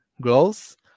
Growth